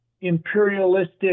imperialistic